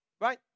Right